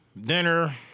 dinner